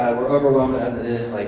we're overwhelmed as it is, like.